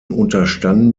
unterstanden